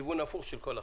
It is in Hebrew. בכיוון הפוך של כל החקיקה.